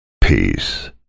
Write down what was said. peace